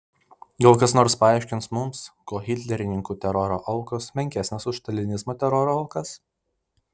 gal kas nors paaiškins mums kuo hitlerininkų teroro aukos menkesnės už stalinizmo teroro aukas